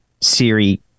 siri